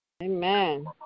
Amen